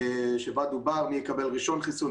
שבה דובר מי יקבל ראשון חיסון,